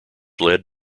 led